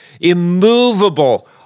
immovable